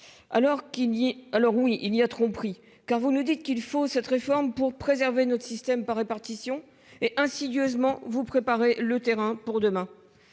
alors oui il y a tromperie, quand vous nous dites qu'il faut cette réforme pour préserver notre système par répartition et insidieusement vous préparer le terrain pour demain.